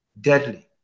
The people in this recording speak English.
deadly